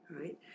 right